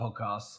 podcasts